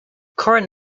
current